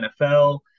nfl